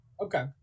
Okay